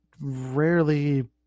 rarely